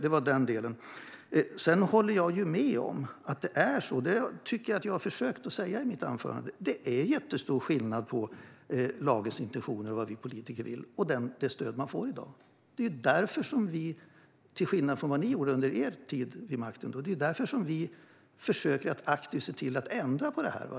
Jag håller med om och tycker att jag försökte säga i mitt anförande att det är jättestor skillnad mellan lagens intentioner och vad vi politiker vill och det stöd man får i dag. Det är därför som vi, till skillnad från vad ni gjorde under er tid vid makten, aktivt försöker ändra på detta.